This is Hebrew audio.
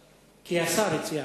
נתקבלה.